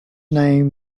name